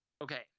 Okay